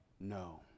No